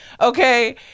Okay